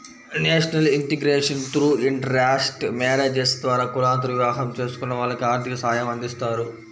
national integration through intercaste marriages ద్వారా కులాంతర వివాహం చేసుకున్న వాళ్లకి ఆర్థిక సాయమందిస్తారు